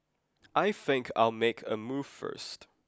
I think I'll make a move first